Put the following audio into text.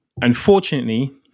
Unfortunately